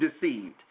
deceived